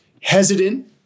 hesitant